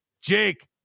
Jake